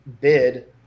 bid